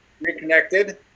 reconnected